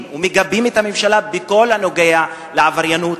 ומגבים את הממשלה בכל הנוגע לעבריינות,